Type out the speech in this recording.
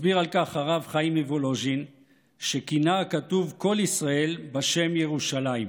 מסביר על כך הרב חיים מוולוז'ין שכינה הכתוב קול ישראל בשם ירושלים,